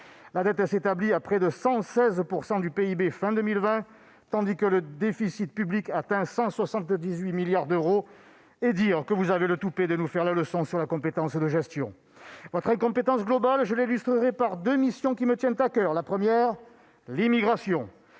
La dette s'établit à près de 116 % du PIB à la fin de 2020, tandis que le déficit public atteint 178 milliards d'euros. Dire, monsieur le ministre, que vous avez le toupet de nous faire la leçon sur la compétence de votre gestion ! Votre incompétence, globale, je l'illustrerai par deux missions qui me tiennent à coeur. La première est